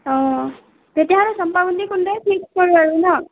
অঁ তেতিয়াহ'লে চম্পাৱতী কুণ্ডই ফিক্স কৰোঁ আৰু নহ্